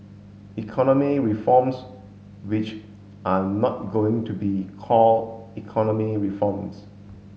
economy reforms which are not going to be called economy reforms